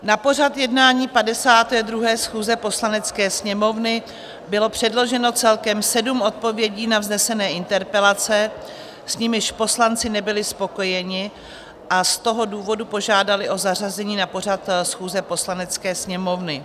Na pořad jednání 52. schůze Poslanecké sněmovny bylo předloženo celkem sedm odpovědí na vznesené interpelace, s nimiž poslanci nebyli spokojeni, a z toho důvodu požádali o zařazení na pořad schůze Poslanecké sněmovny.